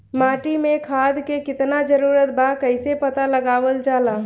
माटी मे खाद के कितना जरूरत बा कइसे पता लगावल जाला?